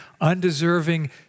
undeserving